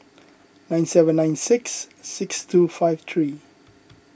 nine seven nine six six two five three